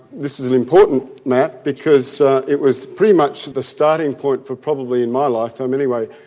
this is an important map because it was pretty much the starting point for probably in my lifetime anyway,